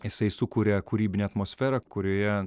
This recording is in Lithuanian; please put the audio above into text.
jisai sukuria kūrybinę atmosferą kurioje